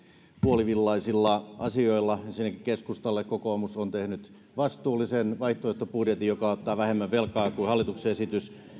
puolivillaisilla asioilla ensinnäkin keskustalle kokoomus on tehnyt vastuullisen vaihtoehtobudjetin joka ottaa vähemmän velkaa kuin hallituksen esitys